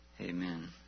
Amen